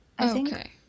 Okay